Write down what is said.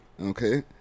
Okay